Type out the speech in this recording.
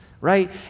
right